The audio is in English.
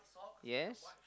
yes